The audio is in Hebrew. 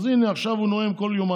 אז הינה, עכשיו הוא נואם כל יומיים.